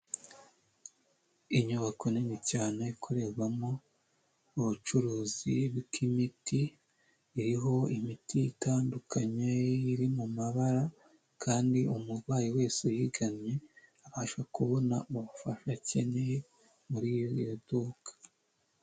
Inyubako nini cyane ikorerwamo ubucuruzi bw'imiti. Iriho imiti itandukanye iri mu mabara kandi umurwayi wese yiganye abasha kubona ubufasha akeneye muri iryo duka.